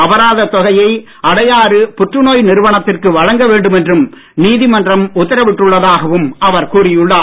அபராதத் தொகையை அடையாறு புற்று நோய் நிறுவனத்திற்கு வழங்க வேண்டும் என்றும் நீதிமன்றம் உத்தரவிட்டுள்ளதாகவும் அவர் கூறியுள்ளார்